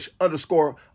underscore